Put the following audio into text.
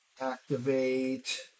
Activate